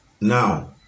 now